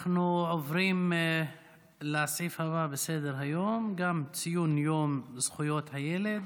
נעבור להצעות לסדר-היום בנושא: ציון יום זכויות הילד,